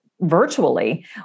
virtually